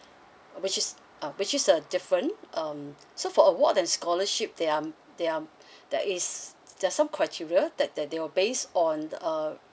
which is uh which is uh different um so for award and scholarship they um they um that is there some criteria that that they were based on uh